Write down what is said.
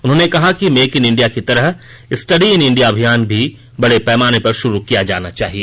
उन्होंने कहा कि मेक इन इंडिया की तरह स्ट्डी इन इंडिया अभियान भी बड़े पैमाने पर शुरू किया जाना चाहिए